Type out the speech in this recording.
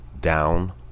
down